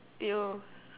you